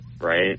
right